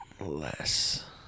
Less